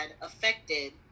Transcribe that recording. affected